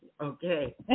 Okay